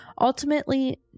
Ultimately